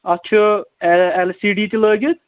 اَتھ چھُ L C D تہِ لٲگِتھ